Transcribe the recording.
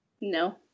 No